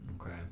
Okay